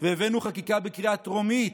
והבאנו חקיקה בקריאה טרומית,